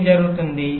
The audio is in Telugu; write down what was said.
ఏమి జరుగుతుంది